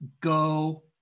go